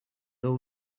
all